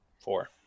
four